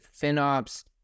FinOps